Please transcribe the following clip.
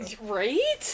Right